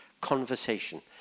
conversation